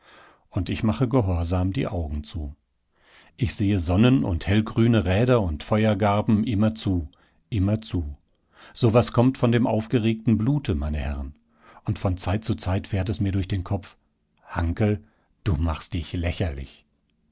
und ich mache gehorsam die augen zu ich sehe sonnen und hellgrüne räder und feuergarben immerzu immerzu so was kommt von dem aufgeregten blute meine herren und von zeit zu zeit fährt es mir durch den kopf hanckel du machst dich lächerlich